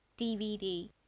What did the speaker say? DVD